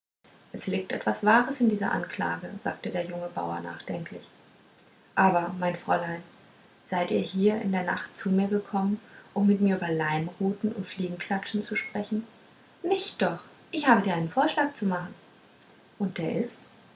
es liegt etwas wahres in dieser anklage sagte der junge bauer nachdenklich aber mein fräulein seid ihr hier in der nacht zu mir gekommen um mit mir über leimruten und fliegenklatschen zu sprechen nicht doch ich habe dir einen vorschlag zu machen und der ist